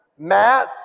Matt